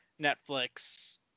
netflix